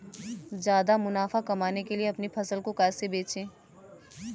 ज्यादा मुनाफा कमाने के लिए अपनी फसल को कैसे बेचें?